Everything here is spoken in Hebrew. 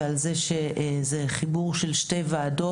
ועל זה שזהו חיבור של שתי ועדות.